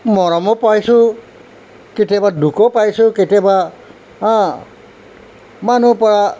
মৰমো পাইছো কেতিয়াবা দুখো পাইছোঁ কেতিয়াবা হাঁ মানুহ পৰা